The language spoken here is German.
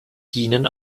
dienen